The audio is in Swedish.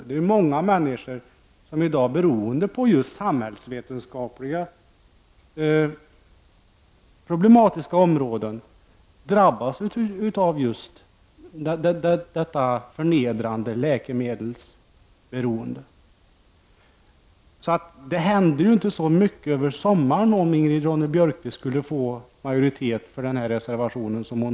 Det är många som i dag, beroende på just samhällsvetenskapliga problemområden, drabbas av förnedrande läkemedelsberoende. Det händer ju inte så mycket under sommaren, om Ingrid Ronne-Björkqvist skulle få majoritet för sin reservation.